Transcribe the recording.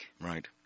Right